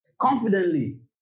Confidently